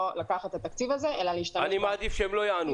לא לקחת את התקציב הזה אלא להשתמש בו --- אני מעדיף שהם לא יענו.